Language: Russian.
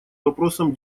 вопросам